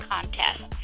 contest